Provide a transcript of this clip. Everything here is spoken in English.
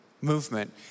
movement